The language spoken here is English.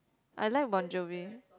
I like bon-jovi